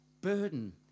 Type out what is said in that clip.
burden